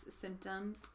symptoms